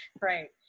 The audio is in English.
right